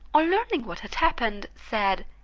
on learning what had happened, said,